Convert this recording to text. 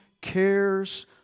cares